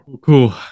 Cool